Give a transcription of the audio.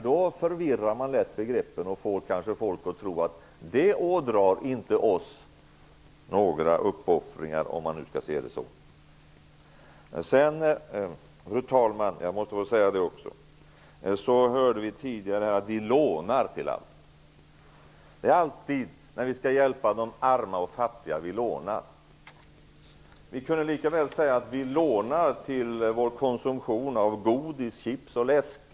Då förvirrar man lätt begreppen och får kanske folk att tro att det inte medför några uppoffringar för oss, om man nu skall se det så. Fru talman! Jag måste få säga en sak till. Vi hörde tidigare att vi lånar till allt. Vi lånar alltid när vi skall hjälpa de arma och fattiga. Vi kan likaväl säga att vi lånar till vår konsumtion av godis, chips och läsk.